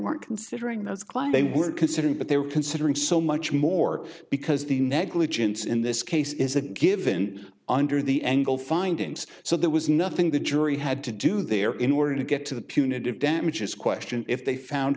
weren't considering those climbed they were considered but they were considering so much more because the negligence in this case is a given under the engle findings so there was nothing the jury had to do there in order to get to the punitive damages question if they found